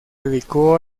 dedicó